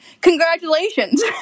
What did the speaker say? Congratulations